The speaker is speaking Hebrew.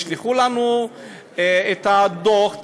תשלחו לנו את הדוח,